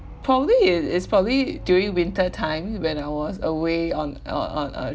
probably it it's probably during winter time when I was away on on on a